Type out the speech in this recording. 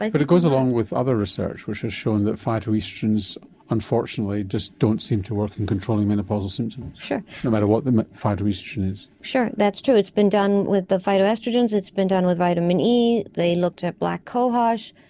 like but it goes along with other research which has shown that phytoestrogens unfortunately just don't seem to work in controlling menopausal symptoms, no matter what the phytoestrogen is. sure that's true, it's been done with the phytoestrogens, it's been done with vitamin e, they looked at black cohosh,